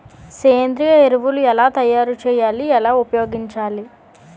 సేంద్రీయ ఎరువులు ఎలా తయారు చేయాలి? ఎలా ఉపయోగించాలీ?